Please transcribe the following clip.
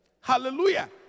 Hallelujah